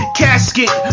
casket